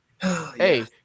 hey